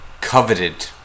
coveted